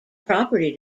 property